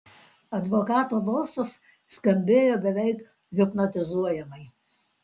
advokato balsas skambėjo beveik hipnotizuojamai